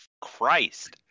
Christ